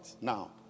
Now